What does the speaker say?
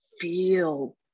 feel